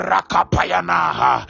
Rakapayanaha